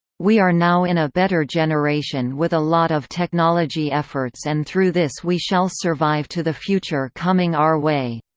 we are now in a better generation with a lot of technology efforts and through this we shall survive to the future coming our way.